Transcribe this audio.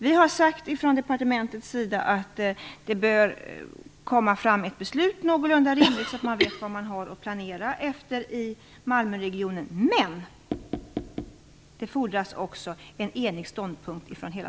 Vi har från departementets sida sagt att ett beslut bör fattas inom någorlunda rimlig tid, så att man i Malmöregionen vet vad man har att planera efter, men det fordras också en enig ståndpunkt från hela